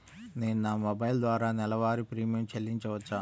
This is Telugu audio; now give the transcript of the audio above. నేను నా మొబైల్ ద్వారా నెలవారీ ప్రీమియం చెల్లించవచ్చా?